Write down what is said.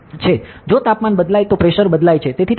જો તાપમાન બદલાય તો પ્રેશર બદલાય છે તેથી તે ખૂબ મહત્વનું છે